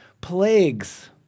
plagues